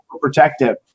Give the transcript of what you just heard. protective